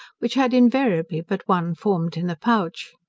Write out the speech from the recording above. which had invariably but one formed in the pouch.